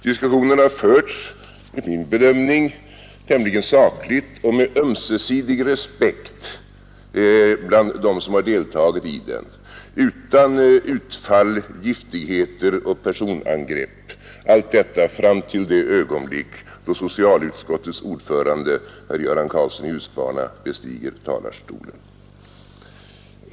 Diskussionen har förts, enligt min bedömning, tämligen sakligt och med ömsesidig respekt bland dem som har deltagit i den, utan utfall, giftigheter och personangrepp, allt detta fram till det ögonblick då socialutskottets ordförande herr Göran Karlsson i Huskvarna bestiger talarstolen.